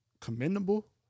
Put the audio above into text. commendable